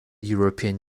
european